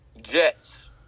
Jets